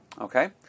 Okay